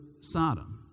Sodom